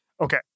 Okay